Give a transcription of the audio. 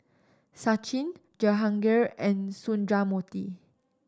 Sachin Jehangirr and Sundramoorthy